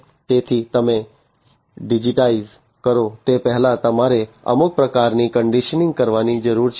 તેથી તમે ડિજિટાઇઝ કરો તે પહેલાં તમારે અમુક પ્રકારની કન્ડીશનીંગ કરવાની જરૂર છે